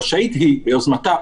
רשאית היא ביוזמתה,